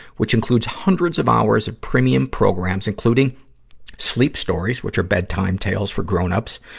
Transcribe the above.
which includes hundreds of hours of premium programs, including sleep stories, which are bedtime tales for grown-up, ah,